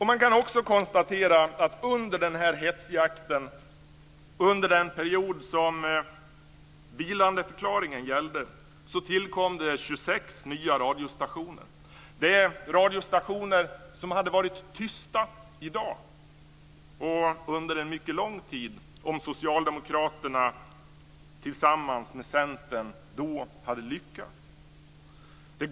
Man kan också konstatera att under den här hetsjakten, under den period då vilandeförklaringen gällde, tillkom 26 nya radiostationer - radiostationer som i dag och under en mycket lång tid skulle ha varit tysta om Socialdemokraterna tillsammans med Centern då hade lyckats.